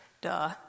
duh